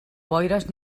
boires